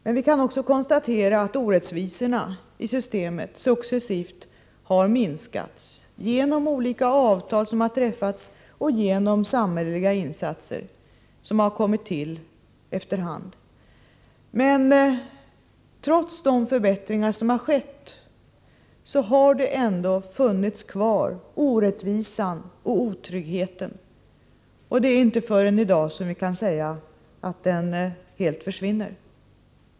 Men vi kan också konstatera att orättvisorna i systemet successivt har minskats genom olika avtal som har träffats och genom samhälleliga insatser som har kommit till efter hand. Trots de förbättringar som har skett har det ändå funnits kvar orättvisan och otryggheten, och det är inte förrän i dag som vi kan säga att detta helt försvinner.